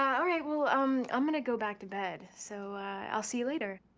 all right, well um i'm gonna go back to bed, so i'll see you later.